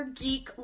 geek